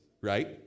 right